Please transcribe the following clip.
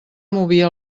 movia